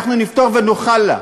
אנחנו נפתור ונוכל לה,